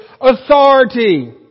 authority